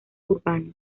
urbano